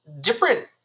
different